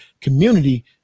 community